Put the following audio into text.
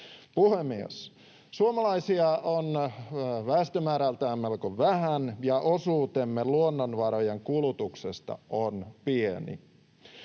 Puhemies! Suomalaisia on väestömäärältään melko vähän, ja osuutemme luonnonvarojen kulutuksesta on pieni.